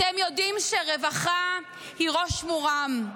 אתם יודעים שרווחה היא ראש מורם,